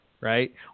right